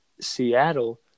Seattle